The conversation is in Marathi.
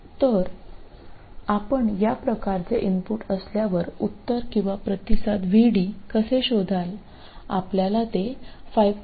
तर आपण या प्रकारचे इनपुट असल्यावर उत्तर किंवा प्रतिसाद VD कसे शोधाल आपल्याला ते 5